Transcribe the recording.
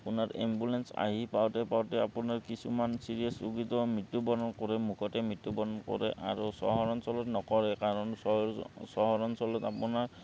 আপোনাৰ এম্বুলেঞ্চ আহি পাওঁতে পাওঁতে আপোনাৰ কিছুমান চিৰিয়াছ ৰোগীতো মৃত্যুবৰণ কৰে মুখতে মৃত্যুবৰণ কৰে আৰু চহৰ অঞ্চলত নকৰে কাৰণ চহৰ অঞ্চলত আপোনাৰ